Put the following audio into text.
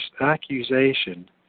accusation